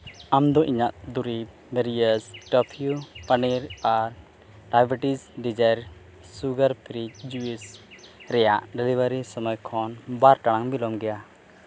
ᱟᱢᱫᱚ ᱤᱧᱟᱹᱜ ᱫᱚᱨᱤᱵᱽ ᱴᱟᱯᱷᱤᱭᱳ ᱯᱚᱱᱤᱨ ᱟᱨ diabetes dessert sugar free juice ᱨᱮᱭᱟᱜ ᱰᱮᱞᱤᱵᱷᱟᱨᱤ ᱥᱚᱢᱚᱭ ᱠᱷᱚᱱ ᱵᱟᱨ ᱴᱟᱲᱟᱝ ᱵᱤᱞᱚᱢ ᱜᱮᱭᱟ